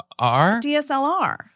DSLR